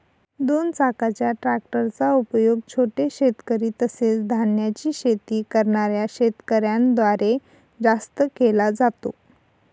दोन चाकाच्या ट्रॅक्टर चा उपयोग छोटे शेतकरी, तसेच धान्याची शेती करणाऱ्या शेतकऱ्यांन द्वारे जास्त केला जातो